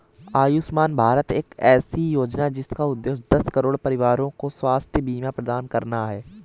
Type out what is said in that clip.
आयुष्मान भारत एक ऐसी योजना है जिसका उद्देश्य दस करोड़ परिवारों को स्वास्थ्य बीमा प्रदान करना है